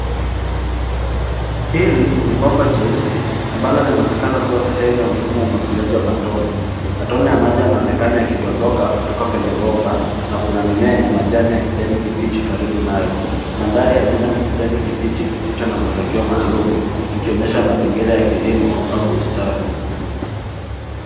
Hili ni bomba jeusi ambalo linaonekana kuwa sehemu ya mfumo wa umwangiliaji wa matone. Matone ya maji yanaonekana yakidondoka kutoka kwenye bomba na kuna mimea yenye majani ya kijani kibichi karibu nayo. Mandhari ya nyuma ni kijani kibichi kisicho na muelekeo maalum kikionyesha mazingira ya kilimo au bustani.